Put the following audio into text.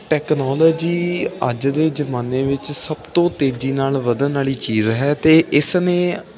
technology ਅੱਜ ਦੇ ਜ਼ਮਾਨੇ ਵਿੱਚ ਸਭ ਤੋਂ ਤੇਜ਼ੀ ਨਾਲ ਵਧਣ ਵਾਲੀ ਚੀਜ਼ ਹੈ ਅਤੇ ਇਸ ਨੇ